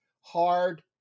hard